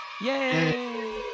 Yay